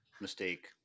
mistake